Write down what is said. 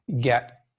get